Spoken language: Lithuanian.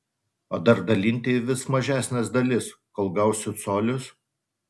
o dar dalinti į vis mažesnes dalis kol gausiu colius